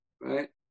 right